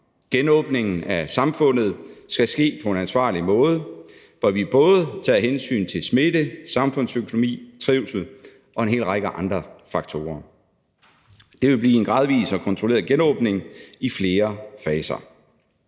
Genåbningen af samfundet skal ske på en forsvarlig måde, så vi både tager hensyn til smitte, samfundsøkonomi, trivsel og en hel række andre faktorer. Det vil blive en gradvis og kontrolleret genåbning i flere faser.